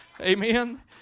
Amen